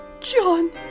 John